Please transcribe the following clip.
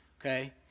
okay